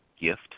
gift